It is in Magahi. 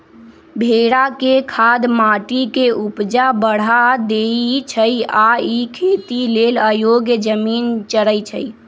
भेड़ा के खाद माटी के ऊपजा बढ़ा देइ छइ आ इ खेती लेल अयोग्य जमिन चरइछइ